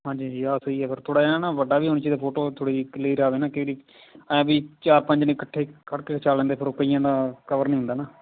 ਹਾਂਜੀ ਜੀ ਆਹ ਸਹੀ ਹੈ ਫਿਰ ਥੋੜ੍ਹਾ ਜਿਹਾ ਨਾ ਵੱਡਾ ਵੀ ਹੋਣਾ ਚਾਹੀਦਾ ਫੋਟੋ ਥੋੜ੍ਹੀ ਜਿਹੀ ਕਲੀਅਰ ਆਵੇ ਨਾ ਕਿਹੜੀ ਐਂ ਵੀ ਚਾਰ ਪੰਜ ਜਣੇ ਇਕੱਠੇ ਖੜ੍ਹ ਕੇ ਖਿਚਵਾ ਲੈਂਦੇ ਫਿਰ ਉਹ ਕਈਆਂ ਦਾ ਕਵਰ ਨਹੀਂ ਹੁੰਦਾ ਨਾ